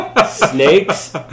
Snakes